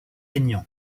aignan